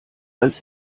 als